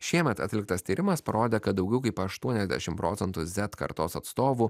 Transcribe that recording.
šiemet atliktas tyrimas parodė kad daugiau kaip aštuoniasdešim procentų zet kartos atstovų